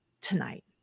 tonight